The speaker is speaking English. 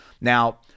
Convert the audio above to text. now